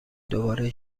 دوباره